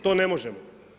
To ne možemo.